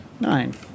nine